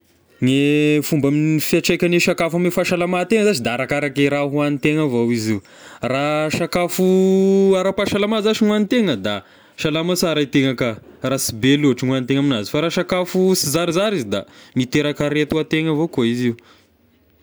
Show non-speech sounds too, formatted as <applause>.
Gne fomba <hesitation> fiatraikan'ny sakafo ame fahasalamategna zashy da arakaraky raha hohan'ny tegna avao izy io, raha sakafo ara-pahasalama zashy ny hohanitegna da salama sara e tegna ka, fa raha sy be loatra ny hohanitegna aminazy, fa raha sakafo sy zarizary izy da miteraka arety hoa tegna avao koa azy io.